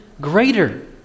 greater